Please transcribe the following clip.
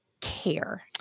care